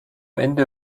ende